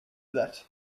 that